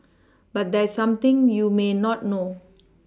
but there's something you may not know